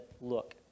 look